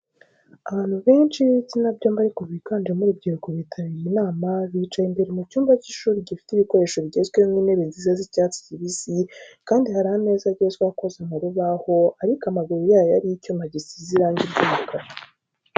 Abantu benshi b'ibitsina byombi ariko biganjemo urubyiruko bitabiriye inama, bicaye imbere mu cyumba cy’ishuri gifite ibikoresho bigezweho nk'intebe nziza z'icyatsi kibisi kandi hari ameza agezweho akoze mu rubaho ariko amaguru yayo ari icyuma gisize irangi ry'umukara.